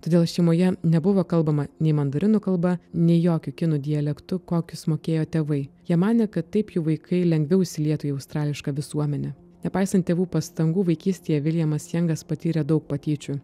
todėl šeimoje nebuvo kalbama nei mandarinų kalba nei jokiu kinų dialektu kokius mokėjo tėvai jie manė kad taip jų vaikai lengviau įsilietų į australišką visuomenę nepaisant tėvų pastangų vaikystėje viljamas jangas patyrė daug patyčių